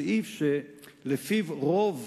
סעיף שלפיו רוב